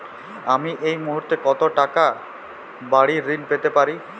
আমি এই মুহূর্তে কত টাকা বাড়ীর ঋণ পেতে পারি?